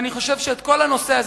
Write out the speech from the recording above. אני חושב שאת כל הנושא הזה,